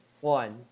one